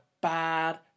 bad